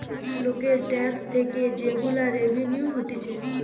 লোকের ট্যাক্স থেকে যে গুলা রেভিনিউ হতিছে